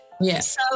Yes